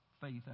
faith